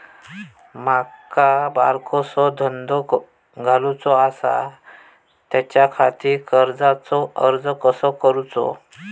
माका बारकोसो धंदो घालुचो आसा त्याच्याखाती कर्जाचो अर्ज कसो करूचो?